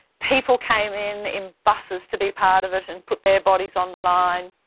people came in in buses to be part of it and put their bodies on the line.